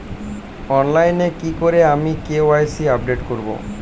অনলাইনে কি করে আমি কে.ওয়াই.সি আপডেট করব?